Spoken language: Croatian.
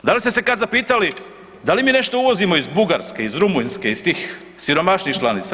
Da li ste se kad zapitali da li mi nešto uvozimo iz Bugarske, iz Rumunjske, iz tih siromašnijih članica?